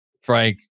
Frank